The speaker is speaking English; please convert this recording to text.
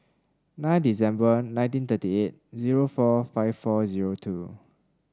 nine December nineteen thirty eight zero four five four zero two